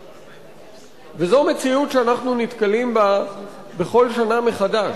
זו מציאות שאנחנו נתקלים בה בכל שנה מחדש,